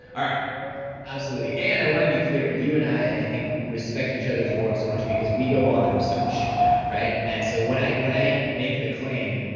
all right absolutely. and i want to be clear. you and i, i think respect each other's work so much because we go on the research. yeah right? and so when i when i make the claim,